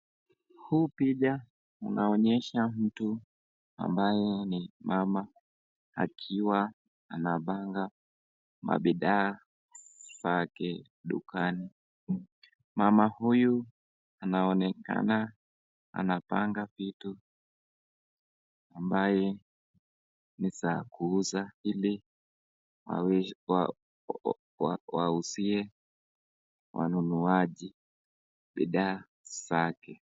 Huu picha unaonyesha mtu ambaye ni mama akipanga mabidhaa kwake dukani. Mama huyu anaonekana anapanga vitu ambayo ni za kuuza ili wauzie wanunuaji bidhaa zake.